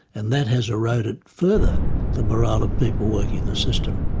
and that has eroded further the morale of people working in the system.